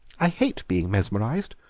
i hate being mesmerised,